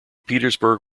petersburg